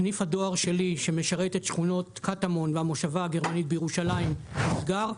סניף הדואר שלי שמשרת את שכונות קטמון והמושבה הגרמנית בירושלים נסגר.